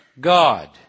God